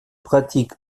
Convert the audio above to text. pratique